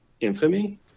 infamy